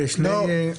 לא.